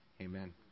amen